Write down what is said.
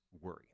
worry